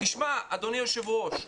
אדוני היושב-ראש,